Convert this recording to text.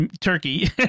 turkey